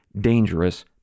dangerous